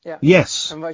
Yes